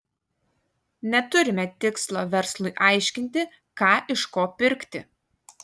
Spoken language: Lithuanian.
neturime tikslo verslui aiškinti ką iš ko pirkti